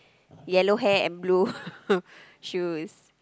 yellow hair and blue shoes